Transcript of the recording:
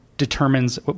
determines